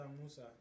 Musa